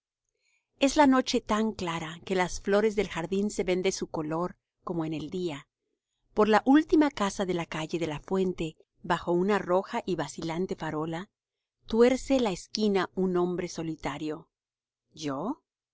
es la noche tan clara que las flores del jardín se ven de su color como en el día por la última casa de la calle de la fuente bajo una roja y vacilante farola tuerce la esquina un hombre solitario yo